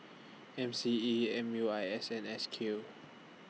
M C E M U I S and S Q